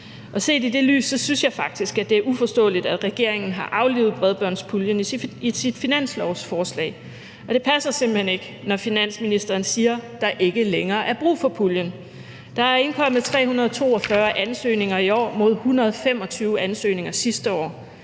og set i det lys, synes jeg faktisk, at det er uforståeligt, at regeringen har aflivet bredbåndspuljen i sit finanslovsforslag. Det passer simpelt hen ikke, når finansministeren siger, at der ikke længere er brug for puljen. Der er indkommet 342 ansøgninger i år mod 125 ansøgninger sidste år.